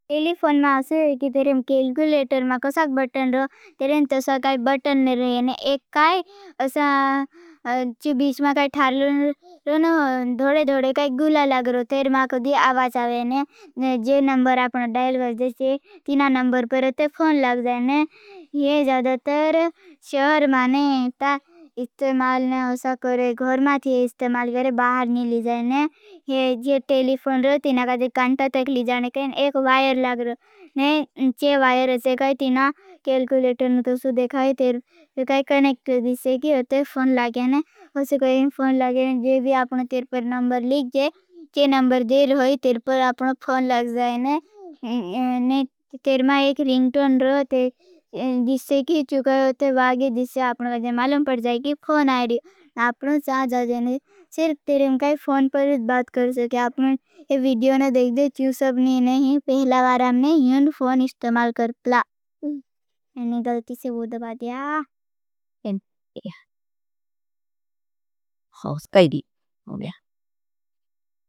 टेलिफोन में आपकी केलिकुलेटर में कोई साक बटन रहे हैं। तेरें तो साक काई बटन नहीं रहे हैं। एक काई ऐसा चुबीश में काई ठार रहे हैं। धोड़े धोड़े काई गुला लाग रहे हैं। तेरें में कोई दी आबाज आवे हैं। जो नंबर आपने डाइल करते हैं। तीना नंबर पर अपने फ़ोन लाग रहे हैं। यह जदातर शहर में इस्तेमाल नहीं हो सकते हैं। गहर माथी इस्तेमाल करें बाहर नहीं ले जाएं। तेलिफोन तीना काई कांटा तक ले जाएं। एक वायर लाग रहे हैं। तीना काई कांटा तक ले जाएं। जो नंबर देर होई तेलिफोन लाग जाएं।